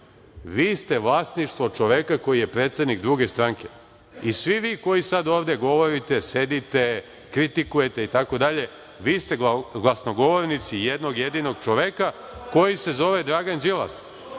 vi ste vlasništvo čoveka koji je predsednik druge stranke i svi vi ovde sada govorite, sedite, kritikujete, itd., vi ste glasnogovornici jednog jedinog čoveka koji se zove Dragan Đilas.